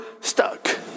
stuck